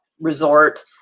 resort